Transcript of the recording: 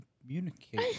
communicate